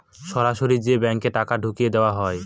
সরাসরি যে ব্যাঙ্কে টাকা ঢুকিয়ে দেওয়া হয়